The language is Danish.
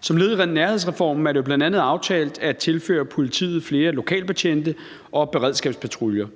Som led i nærhedsreformen er det bl.a. aftalt at tilføre politiet flere lokalbetjente og beredskabspatruljer.